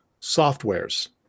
softwares